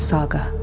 Saga